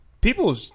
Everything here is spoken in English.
People